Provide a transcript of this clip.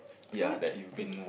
put put